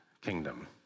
kingdom